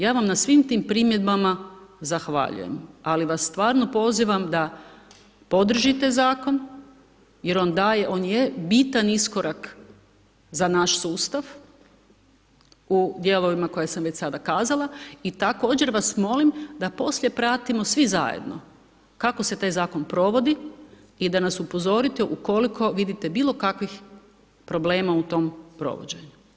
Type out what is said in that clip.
Ja vam na svim tim primjedbama zahvaljujem, ali vas stvarno pozivam da podržite zakon jer on daje, on je bitan iskorak za naš sustav u dijelovima koje sam već sada kazala i također vas molim da poslije pratimo svi zajedno kako se taj zakon provodi i da nas upozorite ukoliko vidite bilo kakvih problema u tom provođenju.